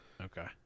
Okay